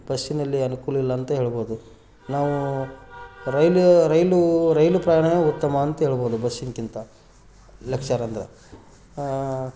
ಬಸ್ಸಿನಲ್ಲಿ ಅನುಕೂಲ ಇಲ್ಲಂತ ಹೇಳ್ಬೋದು ನಾವು ರೈಲು ರೈಲು ರೈಲು ಪ್ರಯಾಣ ಉತ್ತಮ ಅಂತ ಹೇಳ್ಬೋದು ಬಸ್ಸಿಗಿಂತ